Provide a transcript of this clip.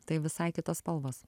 tai visai kitos spalvos